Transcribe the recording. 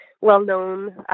well-known